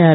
R